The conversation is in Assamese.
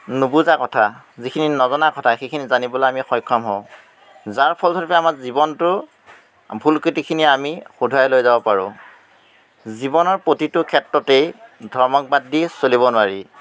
নুবুজা কথা যিখিনি নজনা কথা সেইখিনি জানিবলৈ আমি সক্ষম হওঁ যাৰ ফলস্বৰূপে আমাৰ জীৱনটো ভুল ক্ৰুতিখিনি আমি শুধৰাই লৈ যাব পাৰোঁ জীৱনৰ প্ৰতিটো ক্ষেত্ৰতেই ধৰ্মক বাদ দি চলিব নোৱাৰি